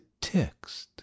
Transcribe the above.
text